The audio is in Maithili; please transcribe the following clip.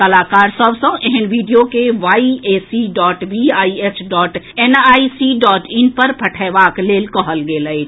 कलाकार सभ सँ एहेन वीडियो के YAC dot BIH dot NIC dot in पर पठएबाक लेल कहल गेल अछि